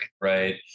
right